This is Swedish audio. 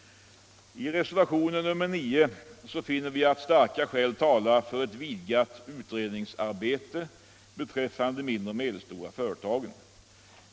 I reservation nr 9 finner vi att starka skäl talar för ett vidgat utredningsarbete beträffande de mindre och medelstora företagen.